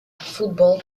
football